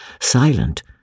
silent